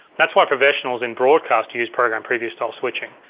that's why professionals in broadcast use program preview style switching.